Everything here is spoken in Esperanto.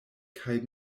kaj